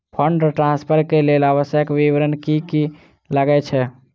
Fund transfer केँ लेल आवश्यक विवरण की की लागै छै?